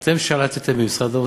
אתם שלטתם במשרד האוצר,